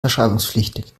verschreibungspflichtig